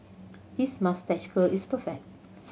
his moustache curl is perfect